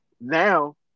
now